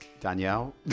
Danielle